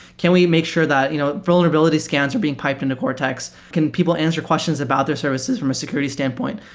can we make sure that you know vulnerability scans are being piped into cortex? can people answer questions about their services from a security standpoint?